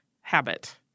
habit